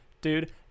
Dude